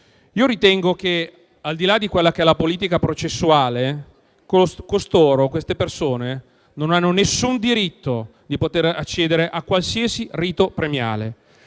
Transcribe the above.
ritengo che, al di là della politica processuale, queste persone non hanno alcun diritto di poter accedere a qualsiasi rito premiale